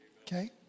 Okay